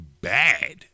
bad